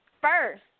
first